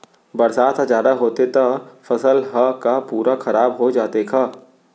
बरसात ह जादा होथे त फसल ह का पूरा खराब हो जाथे का?